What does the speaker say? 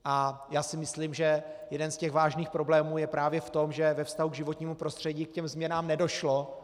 A já si myslím, že jeden z vážných problémů je právě v tom, že ve vztahu k životnímu prostředí k těm změnám nedošlo.